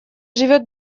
живет